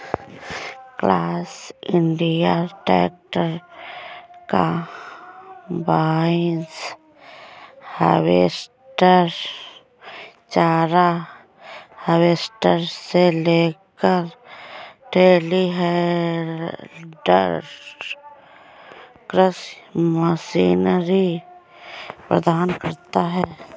class India tractor, combine harvester, चारा harvester से लेकर टेलीहैंडलर कृषि मशीनरी प्रदान करता है